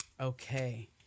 Okay